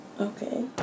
Okay